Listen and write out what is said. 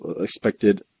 Expected